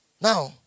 now